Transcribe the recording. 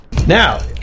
Now